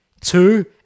two